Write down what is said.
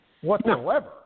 whatsoever